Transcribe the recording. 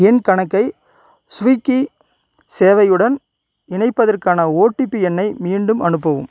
என் கணக்கை ஸ்விக்கி சேவையுடன் இணைப்பதற்கான ஓடிபி எண்ணை மீண்டும் அனுப்பவும்